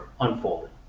unfolding